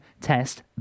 test